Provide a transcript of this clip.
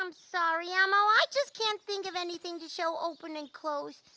um sorry elmo i just can't think of anything to show open and close.